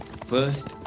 First